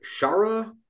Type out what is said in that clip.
Shara-